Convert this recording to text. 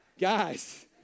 Guys